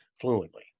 fluently